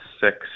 six